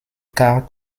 car